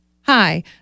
Hi